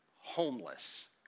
homeless